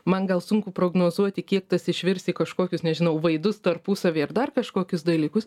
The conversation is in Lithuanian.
man gal sunku prognozuoti kiek tas išvirs į kažkokius nežinau vaidus tarpusavy ar dar kažkokius dalykus